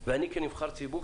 ואני כנבחר ציבור,